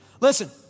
Listen